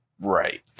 Right